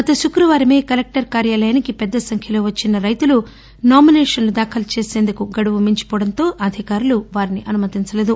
గత శుక్రకవారమే కలెక్లర్ కార్యాలయానికి పెద్దసంఖ్యలో వచ్చిన రైతులు నామినేషన్ ప్రతాలు దాఖలు చేసేందుకు గడువు మించిపోవటంతో అధికారులు వారిని అనుమతించలేదు